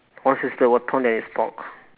what ton that is pork